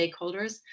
stakeholders